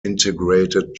integrated